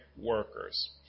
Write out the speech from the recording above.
workers